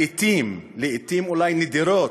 לעתים אולי נדירות,